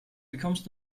bekommst